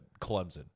Clemson